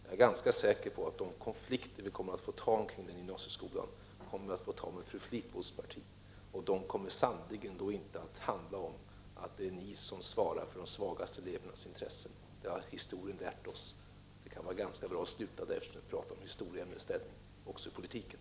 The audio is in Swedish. Jag är ganska säker på att de konflikter som vi kommer att få bemöta vad gäller denna gymnasieskola kommer att vara konflikter mellan oss och fru Fleetwoods parti. I dessa konflikter kommer det sannolikt inte att vara ni moderater som svarar för de svagaste elevernas intressen. Historien har lärt oss att så inte är fallet. Eftersom vi nu diskuterar historieämnets ställning kan det vara lämpligt att sluta med detta rörande historien även inom politiken.